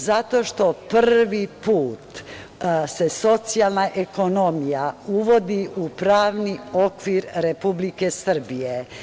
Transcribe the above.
Zato što prvi put se socijalna ekonomija uvodi u pravni okvir Republike Srbije.